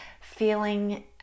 feeling